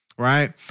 Right